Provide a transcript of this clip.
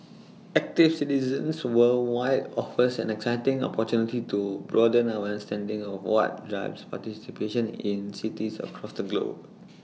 active Citizens Worldwide offers an exciting opportunity to broaden our understanding of what drives participation in cities across the globe